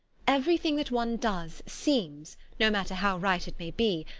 everything that one does seems, no matter how right it may be,